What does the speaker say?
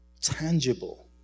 tangible